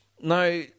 Now